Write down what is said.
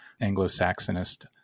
Anglo-Saxonist